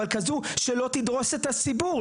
אבל כזו שלא לדרוס את הציבור,